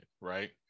right